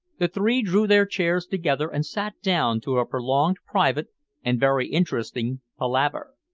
the three drew their chairs together and sat down to a prolonged private and very interesting palaver.